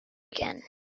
again